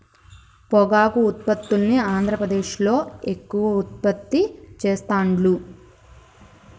పొగాకు ఉత్పత్తుల్ని ఆంద్రప్రదేశ్లో ఎక్కువ ఉత్పత్తి చెస్తాండ్లు